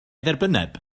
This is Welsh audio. dderbynneb